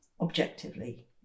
objectively